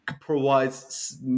provides